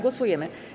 Głosujemy.